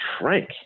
Frank